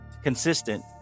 consistent